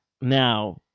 Now